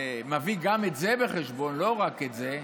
מביא גם את זה בחשבון, ולא רק את זה,